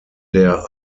der